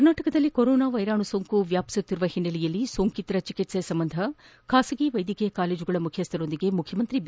ಕರ್ನಾಟಕದಲ್ಲಿ ಕೊರೊನಾ ವೈರಾಣು ಸೋಂಕು ವ್ಯಾಪಿಸುತ್ತಿರುವ ಹಿನ್ನೆಲೆಯಲ್ಲಿ ಸೋಂಕಿತರ ಚಿಕಿತ್ಸೆ ಸಂಬಂಧ ಖಾಸಗಿ ವೈದ್ಯಕೀಯ ಕಾಲೇಜುಗಳ ಮುಖ್ಯಸ್ಥರೊಂದಿಗೆ ಮುಖ್ಯಮಂತ್ರಿ ಬಿ